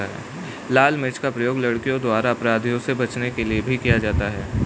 लाल मिर्च का प्रयोग लड़कियों द्वारा अपराधियों से बचने के लिए भी किया जाता है